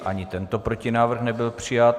Ani tento protinávrh nebyl přijat.